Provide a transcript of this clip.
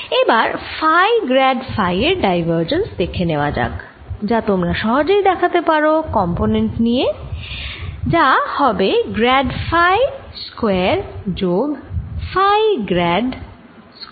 এবার phi grad phi এর divergence দেখে নেওয়া যাক যা তোমরা সহজেই দেখাতে পারো কম্পোনেন্ট নিয়ে যার হবে গ্র্যাড ফাই স্কয়ার যোগ ফাই গ্র্যাড স্কয়ার ফাই